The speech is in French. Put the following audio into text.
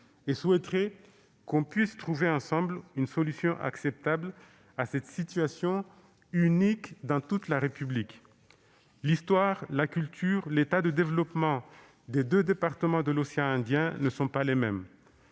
et souhaiterais qu'on puisse trouver ensemble une solution acceptable à cette situation unique dans toute la République. L'histoire, la culture, l'état de développement des deux départements de l'océan Indien ne sont pas les mêmes.